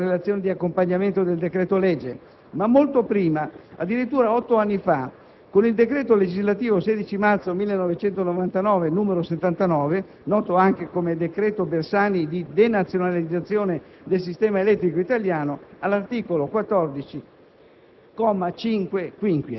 come erroneamente scritto nella relazione di accompagnamento del decreto-legge, ma molto prima; addirittura otto anni fa, con il decreto legislativo 16 marzo 1999, n. 79, noto anche come decreto Bersani di denazionalizzazione del sistema elettrico italiano (all'articolo 14,